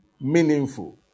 meaningful